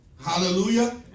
Hallelujah